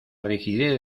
rigidez